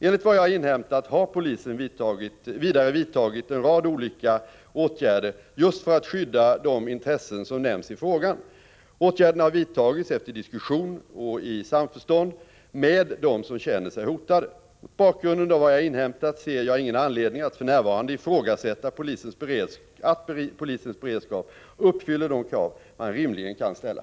Enligt vad jag har inhämtat har polisen vidare vidtagit en rad olika åtgärder just för att skydda de intressen som nämns i frågan. Åtgärderna har vidtagits efter diskussion — och i samförstånd — med dem som känner sig hotade. Mot bakgrund av vad jag har inhämtat ser jag ingen anledning att för närvarande ifrågasätta att polisens beredskap uppfyller de krav man rimligen kan ställa.